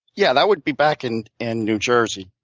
yeah, that would be back in and new jersey.